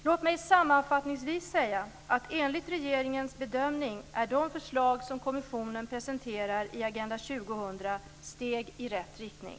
Låt mig sammanfattningsvis säga att enligt regeringens bedömning är de förslag som kommissionen presenterar i Agenda 2000 steg i rätt riktning.